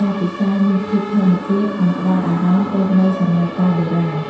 ការពិសារមានភាពធម្មជាតិ និងផ្តល់អារម្មណ៍ដូចនៅសម័យកាលបុរាណ។